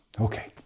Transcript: Okay